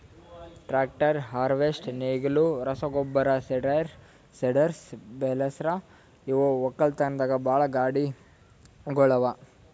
tractor, harvester, ನೇಗಿಲು, ರಸಗೊಬ್ಬರ spreader, seeders, balers ಇವು ಒಕ್ಕಲತನದಾಗ್ ಬಳಸಾ ಗಾಡಿಗೊಳ್ ಅವಾ